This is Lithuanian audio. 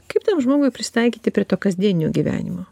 kaip tam žmogui prisitaikyti prie to kasdienio gyvenimo